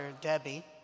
debbie